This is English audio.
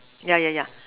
yeah yeah yeah